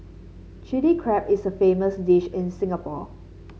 Chilli Crab is a famous dish in Singapore